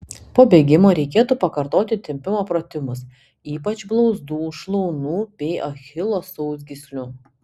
po bėgimo reikėtų pakartoti tempimo pratimus ypač blauzdų šlaunų bei achilo sausgyslių